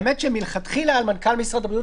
האמת היא שמלכתחילה על מנכ"ל משרד הבריאות,